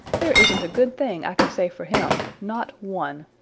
there isn't a good thing i can say for him, not one.